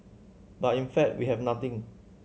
but in fact we have nothing